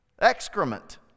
excrement